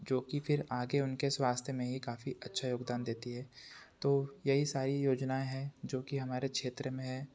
जो कि फिर आगे उनके स्वास्थ्य में ये काफी अच्छा योगदान देती है तो यही सारी योजनाएँ हैं जो कि हमारे क्षेत्र में हैं